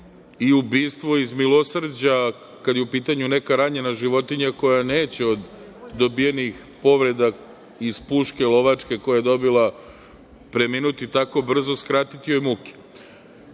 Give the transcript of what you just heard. i ubistvo iz milosrđa kada je u pitanju neka radnja na životinje koja neće od dobijenih povreda iz puške lovačke, koju je dobila, preminuti tako brzo, skratiti joj muke. Tako